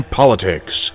politics